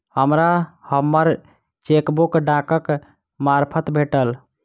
हमरा हम्मर चेकबुक डाकक मार्फत भेटल